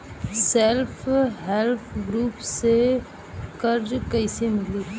Self help group से कर्जा कईसे मिली?